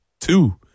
two